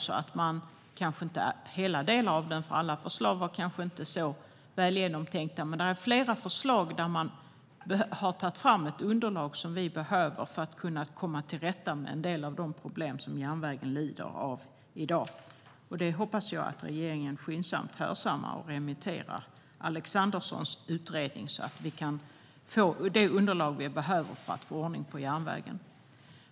Man kanske inte kan ta till sig hela utredningen, för alla förslag var kanske inte så välgenomtänkta, men den har flera förslag som kan utgöra ett underlag som vi behöver för att kunna komma till rätta med en del av de problem som järnvägen lider av i dag. Jag hoppas att regeringen skyndsamt hörsammar detta och remitterar Alexanderssons utredning, så att vi kan få det underlag vi behöver för att få ordning på järnvägen.